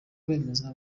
kwemeza